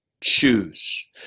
choose